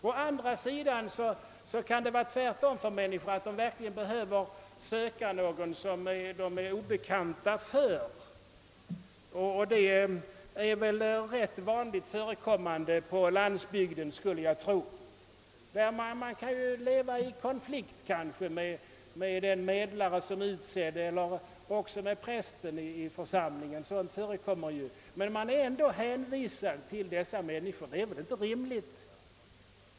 Somliga kanske å andra sidan behöver söka någon som de är obekanta för, och det skulle jag tro ofta är fallet på landsbygden. Det kan ju till och med hända att man lever i konflikt med den medlare som är utsedd eller med prästen i församlingen — sådant förekommer ju. Men man är ändå hänvisad till denne medlare. Det är väl inte rimligt?